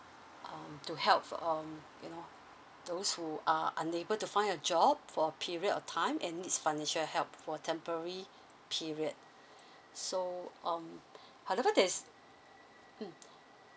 um to help um you know those who are unable to find a job for a period of time and needs financial help for temporary period so um however there's mm